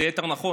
ליתר דיוק,